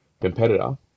competitor